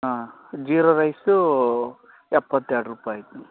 ಹಾಂ ಜೀರ ರೈಸೂ ಎಪ್ಪತ್ತೆರಡು ರೂಪಾಯಿ ಐತಿ